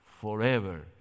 forever